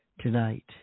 tonight